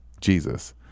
Jesus